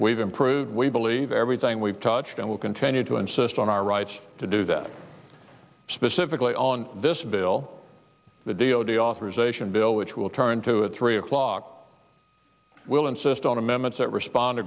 we've improved we believe everything we've touched and will continue to insist on our rights to do that specifically on this bill the d o d authorization bill which will turn to at three o'clock will insist on amendments that respond